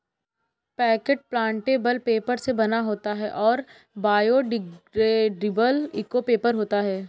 packet plantable paper से बना होता है और बायोडिग्रेडेबल इको पेपर होता है